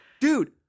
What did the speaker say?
Dude